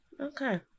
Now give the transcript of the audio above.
Okay